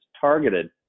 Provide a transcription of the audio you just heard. targeted